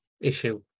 issue